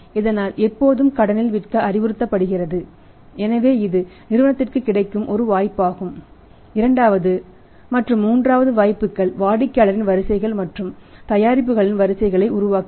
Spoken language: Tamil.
இதனால் எப்போதும் கடனில் விற்க அறிவுறுத்தப்படுகிறது எனவே இது நிறுவனத்திற்கு கிடைக்கும் ஒரு வாய்ப்பாகும் இரண்டாவது மற்றும் மூன்றாவது வாய்ப்புகள் வாடிக்கையாளரின் வரிசைகள் மற்றும் தயாரிப்புகளின் வரிசைகளை உருவாக்குவது